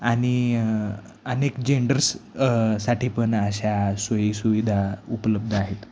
आणि अनेक जेंडर्स साठी पण अशा सोयीसुविधा उपलब्ध आहेत